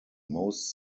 most